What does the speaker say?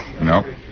No